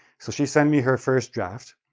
so, she sent me her first draft,